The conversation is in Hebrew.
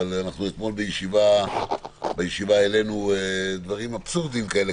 אבל אנחנו אתמול בישיבה העלינו דברים כאלה קטנים אבסורדיים.